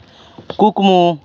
ᱠᱩᱠᱢᱩ